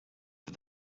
for